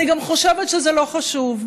אני גם חושבת שזה לא חשוב.